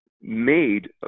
made